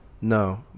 No